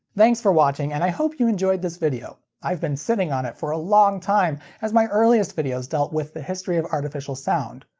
thanks for watching, and i hope you enjoyed this video. i've been sitting on it for a long time, as my earliest videos dealt with the history of artificial sound.